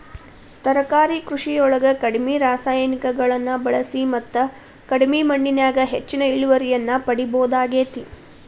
ತರಕಾರಿ ಕೃಷಿಯೊಳಗ ಕಡಿಮಿ ರಾಸಾಯನಿಕಗಳನ್ನ ಬಳಿಸಿ ಮತ್ತ ಕಡಿಮಿ ಮಣ್ಣಿನ್ಯಾಗ ಹೆಚ್ಚಿನ ಇಳುವರಿಯನ್ನ ಪಡಿಬೋದಾಗೇತಿ